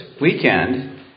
weekend